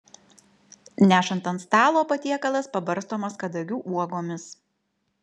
nešant ant stalo patiekalas pabarstomas kadagių uogomis